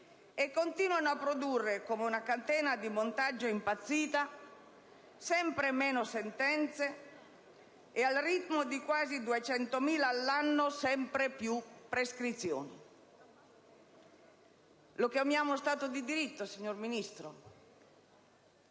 e continuano a produrre, come una catena di montaggio impazzita, sempre meno sentenze e, al ritmo di quasi 200.000 all'anno, sempre più prescrizioni. Lo chiamiamo Stato di diritto, signor Ministro?